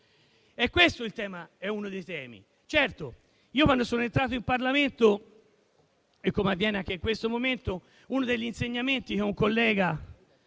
Questo è uno dei temi.